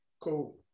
Cool